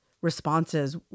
responses